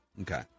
Okay